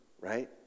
right